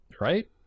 Right